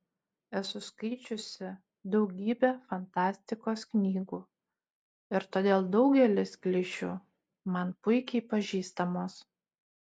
esu skaičiusi daugybę fantastikos knygų ir todėl daugelis klišių man puikiai pažįstamos